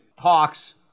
talks